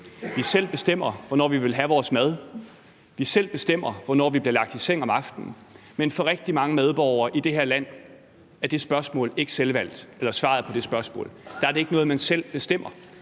selv bestemmer, hvornår vi vil have vores mad, selv bestemmer, hvornår vi går i seng om aftenen, men for rigtig mange medborgere i det her land er svaret på det spørgsmål ikke selvvalgt. Der er det ikke noget, man selv bestemmer;